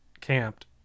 camped